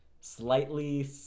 slightly